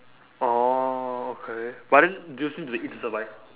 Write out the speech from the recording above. orh okay but then do you still need to eat to survive